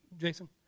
Jason